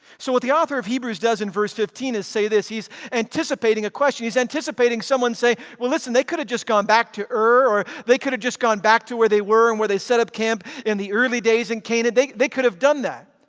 so, what the author of hebrews does in verse fifteen is say this he's anticipating a question. he's anticipating someone say, well listen, they could have just gone back to ur or they could have just gone back to where they were and where they set up camp in the early days in canaan. they they could have done that,